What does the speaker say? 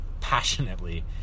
passionately